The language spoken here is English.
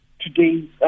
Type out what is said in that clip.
today's